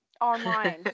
online